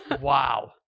Wow